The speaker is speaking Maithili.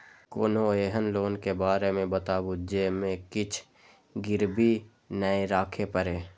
कोनो एहन लोन के बारे मे बताबु जे मे किछ गीरबी नय राखे परे?